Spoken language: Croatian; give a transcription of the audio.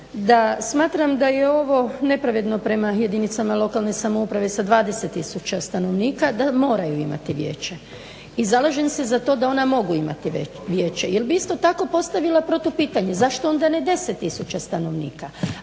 da smatram da je ovo nepravedno prema jedinicama lokalne samouprave sa 20 tisuća stanovnika da moraju imati vijeće. I zalažem se da ona mogu imati vijeće jel bih isto tako postavila protupitanje, zašto onda ne 10 tisuća stanovnika?